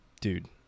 Dude